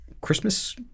Christmas